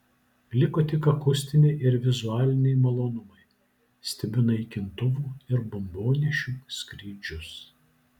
liko tik akustiniai ir vizualiniai malonumai stebiu naikintuvų ir bombonešių skrydžius